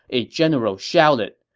a general shouted,